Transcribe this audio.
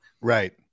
Right